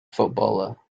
footballer